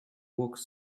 walked